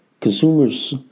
Consumers